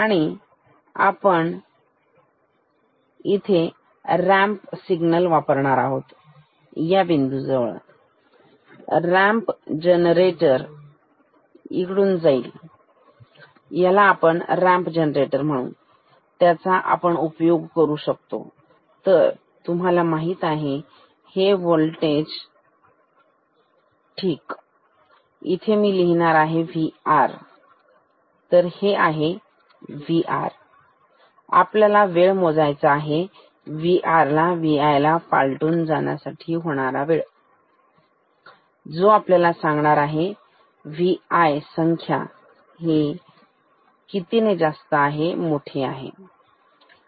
आणि आपण इथे रॅम्प सिग्नल वापरणार आहोत या बिंदू जवळ रॅम्प जनरेटर कडून याला आपण रॅम्प जनरेटर म्हणू त्याचा आपण उपयोग करू शकतो तर तुम्हाला माहित आहे हे वोल्टेज ठीक इथे मी लिहिणार Vr हे आहे Vi तर Vi स्थिर व्होल्टेज आहे Vr वाढत आहे अशाप्रकारे तर हे आहे Vr आपल्याला वेळ मोजायचा आहे Vr ला Vi ला पालटून जाण्यासाठी लागणारा वेळ जो आपल्याला सांगणार आहे Vi संख्या किती जास्त आहे मोठी आहे